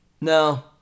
No